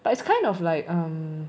but it's kind of like um